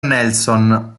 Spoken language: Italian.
nelson